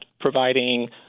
providing